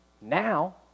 now